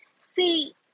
See